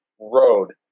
road